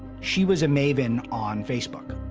she was a maven on facebook.